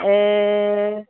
ए